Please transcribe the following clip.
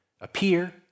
appear